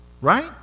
right